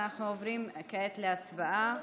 אנחנו עוברים כעת להצבעה.